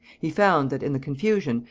he found that, in the confusion,